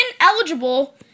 ineligible